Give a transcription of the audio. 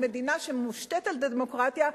מדינה שמושתתת על דמוקרטיה,